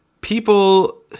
people –